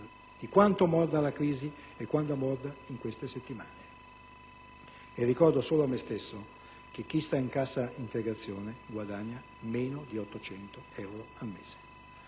di quanto morda la crisi in queste settimane. Ricordo, solo a me stesso, che chi sta in cassa integrazione guadagna meno di 800 euro al mese.